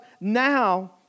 now